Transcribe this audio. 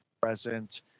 present